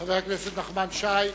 לחבר הכנסת נחמן שי.